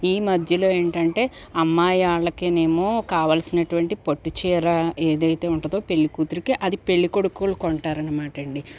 ఈ మధ్యలో ఏంటంటే అమ్మాయి వాళ్ళకినేమో కావాల్సినటువంటి పట్టుచీర ఏదైతే ఉంటదో పెళ్లికూతురుకి అది పెళ్ళికొడుకోళ్ళు కొంటారనమాటండి